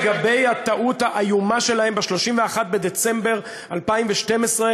לגבי הטעות האיומה שלהם ב-31 בדצמבר 2012,